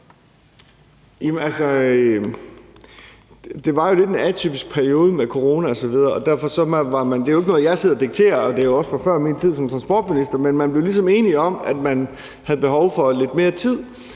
Det var jo lidt en atypisk periode med corona osv. Det er jo ikke noget, jeg sidder og dikterer, og det er også fra før min tid som transportminister, men man blev ligesom enige om, at man havde behov for lidt mere tid,